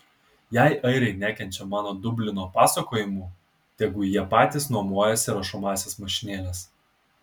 jei airiai nekenčia mano dublino pasakojimų tegu jie patys nuomojasi rašomąsias mašinėles